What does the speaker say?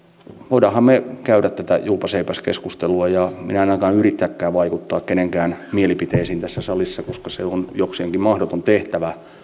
me käydä tätä juupas eipäs keskustelua minä en ainakaan yritäkään vaikuttaa kenenkään mielipiteisiin tässä salissa koska se on jokseenkin mahdoton tehtävä